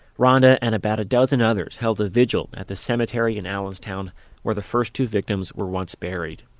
ronda and about a dozen others held a vigil at the cemetery in allenstown where the first two victims were once buried.